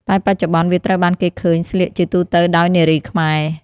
តែបច្ចុប្បន្ន វាត្រូវបានគេឃើញស្លៀកជាទូទៅដោយនារីខ្មែរ។